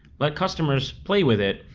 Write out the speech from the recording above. let customers play with it,